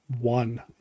one